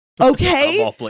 Okay